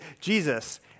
Jesus